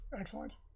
Excellent